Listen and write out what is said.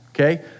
Okay